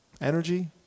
energy